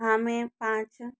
हाँ मैं पाँच